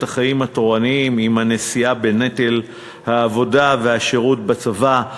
החיים התורניים עם הנשיאה בנטל העבודה והשירות בצבא.